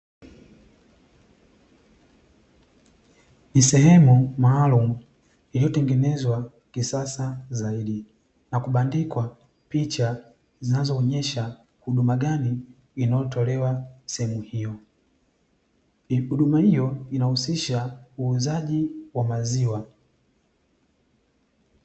Ni sehemu maalumu iliyotengenezwa kisasa zaidi na kubandikwa picha zinazoonesha huduma gani inayotolewa sehemu hiyo, huduma hiyo inahusisha uuzaji wa maziwa.